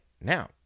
now